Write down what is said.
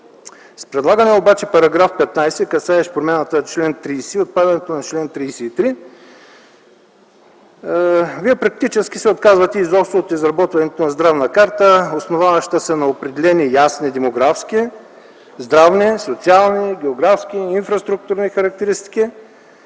С предлагания обаче § 15, касаещ промяната на чл. 30 и отпадането на чл. 33, практически се отказвате изобщо от изработването на здравна карта, основаваща се на определени, ясни демографски, здравни, социални, географски, инфраструктурни характеристики,